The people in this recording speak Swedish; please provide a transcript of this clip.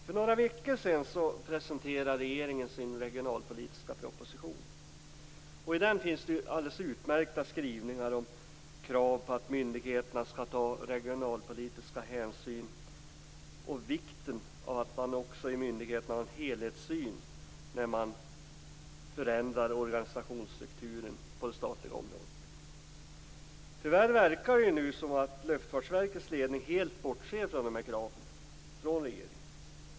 För några veckor sedan presenterade regeringen sin regionalpolitiska proposition. I den finns det alldeles utmärkta skrivningar om krav på att myndigheterna skall ta regionalpolitiska hänsyn och vikten av att man också i myndigheterna har en helhetssyn när man förändrar organisationsstrukturen på det statliga området. Tyvärr verkar det nu som att Luftfartsverkets ledning helt bortser från de här kraven från regeringen.